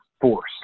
force